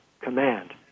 command